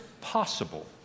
possible